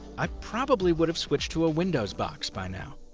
i probably would have switched to a windows box by now.